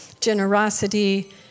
generosity